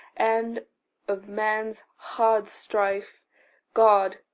and of man's hard strife god,